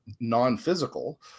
non-physical